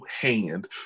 hand